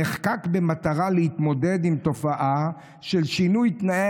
נחקק במטרה להתמודד עם תופעה של שינוי תנאי